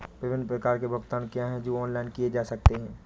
विभिन्न प्रकार के भुगतान क्या हैं जो ऑनलाइन किए जा सकते हैं?